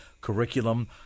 curriculum